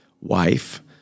wife